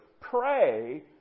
pray